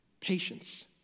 Patience